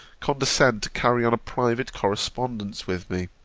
condescend to carry on a private correspondence with me